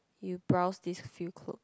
you browse this few clothes